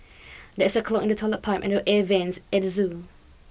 there is a clog in the toilet pipe and the air vents at the zoo